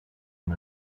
one